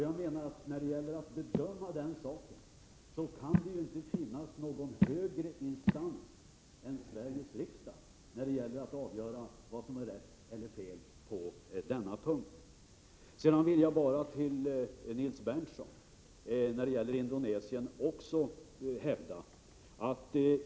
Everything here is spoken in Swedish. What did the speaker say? Jag menar att det inte kan finnas någon högre instans än Sveriges riksdag när det gäller att avgöra vad som är rätt och fel på denna punkt. I fråga om Indonesien vill jag också säga några ord till Nils Berndtson.